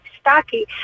stocky